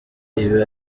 ibi